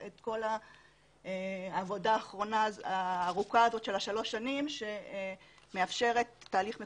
את כל העבודה הארוכה הזאת של שלוש השנים שמאפשרת תהליך מקוצר,